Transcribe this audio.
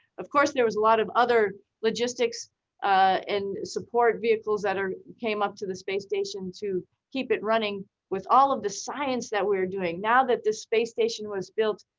of course, there was a lot of other logistics and support vehicles that came up to the space station to keep it running with all of the science that we're doing now that the space station was built.